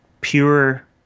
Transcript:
pure